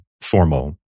formal